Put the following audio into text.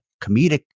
comedic